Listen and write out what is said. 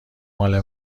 مال